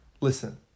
Listen